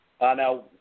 Now